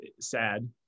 sad